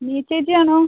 mini ചേച്ചി ആണോ